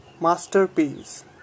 masterpiece